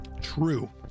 True